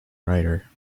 writer